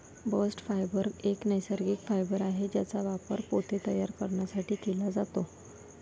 bast fibre एक नैसर्गिक fibre आहे ज्याचा वापर पोते तयार करण्यासाठी केला जातो